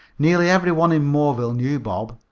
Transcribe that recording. nearly every one in moreville knew bob,